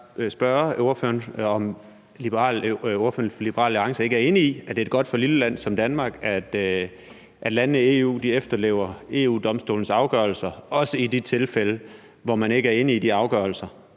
bare spørge, om ordføreren for Liberal Alliance ikke er enig i, at det er godt for et lille land som Danmark, at landene i EU efterlever EU-Domstolens afgørelser, også i de tilfælde, hvor man ikke er enig i de afgørelser,